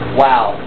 wow